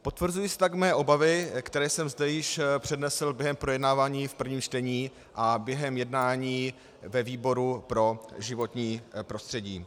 Potvrzují se tak mé obavy, které jsem zde již přednesl během projednávání v prvním čtení a během jednání ve výboru pro životní prostředí.